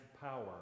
power